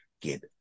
get